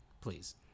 Please